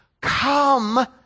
come